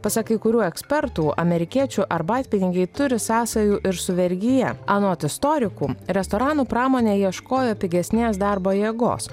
pasak kai kurių ekspertų amerikiečių arbatpinigiai turi sąsajų ir su vergija anot istorikų restoranų pramonė ieškojo pigesnės darbo jėgos